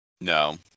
No